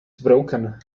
broken